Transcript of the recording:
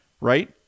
right